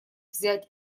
взять